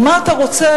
או מה אתה רוצה,